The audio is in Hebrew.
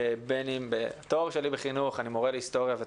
התואר שלי הוא בחינוך, אני מורה להיסטוריה ותנ"ך.